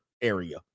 area